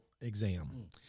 exam